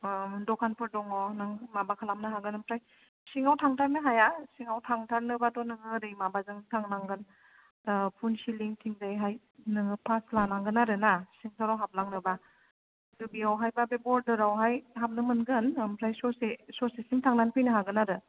दखानफोर दङ नों माबा खालामनो हागोन ओमफ्राय सिङाव थांथारनो हाया सिङाव थांथारनो बाथ' नोङो ओरै माबाजों थांनांगोन फुनसिलिं थिंजायहाय नोङो पास लानांगोन आरोना सिंथाराव हाबलांनोबा बियावहायबा बे बरदारावहाय हाबनो मोनगोन ओमफ्राय ससे ससेसिम थांनानै फैनो हागोन आरो